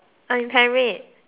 inherent